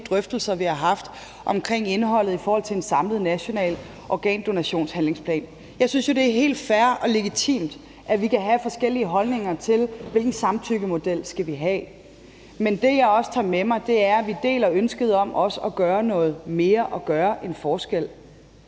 drøftelser, vi har haft omkring indholdet i forhold til en samlet national organdonationshandlingsplan. Jeg synes jo, at det er helt fair og legitimt, at vi kan have forskellige holdninger til, hvilken samtykkemodel vi skal have. Men det, jeg også tager med mig, er, at vi deler ønsket om at gøre noget mere og gøre en forskel.